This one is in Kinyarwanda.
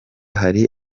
hari